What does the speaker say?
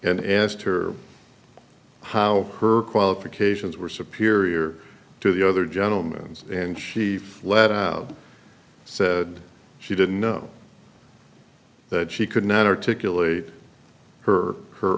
and asked her how her qualifications were superior to the other gentleman and she flat out said she didn't know that she could not articulate her her